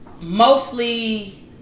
Mostly